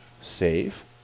save